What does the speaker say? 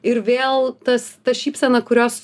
ir vėl tas ta šypsena kurios